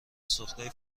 سوختهای